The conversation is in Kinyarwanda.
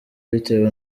bitewe